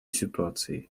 ситуацией